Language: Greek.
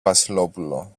βασιλόπουλο